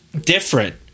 different